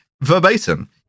verbatim